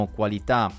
qualità